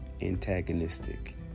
antagonistic